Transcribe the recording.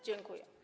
Dziękuję.